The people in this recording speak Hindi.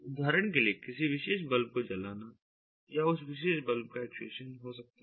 उदाहरण के लिए किसी विशेष बल्ब को जलाना उस विशेष बल्ब का एक्चुएशन हो सकता है